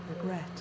regret